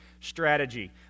strategy